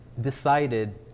decided